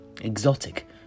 exotic